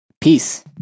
Peace